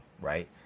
right